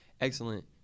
excellent